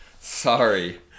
Sorry